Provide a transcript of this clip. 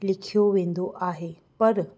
लिखियो वेंदो आहे पर